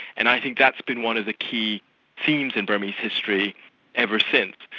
and i think that's been one of the key themes in burmese history every since.